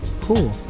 cool